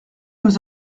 nous